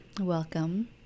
Welcome